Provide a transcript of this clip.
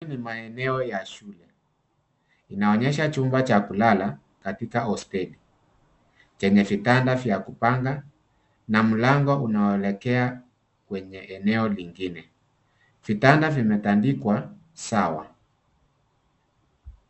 Hii ni maeneo ya shule inaonyesha chumba cha kulala katika hosteli chenye vitanda vya kupanda na mlango unaoelekea kwenye eneo lingine vitanda vimetandikwa sawa.